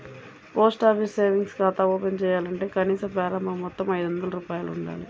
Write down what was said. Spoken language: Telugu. పోస్ట్ ఆఫీస్ సేవింగ్స్ ఖాతా ఓపెన్ చేయాలంటే కనీస ప్రారంభ మొత్తం ఐదొందల రూపాయలు ఉండాలి